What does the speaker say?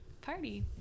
party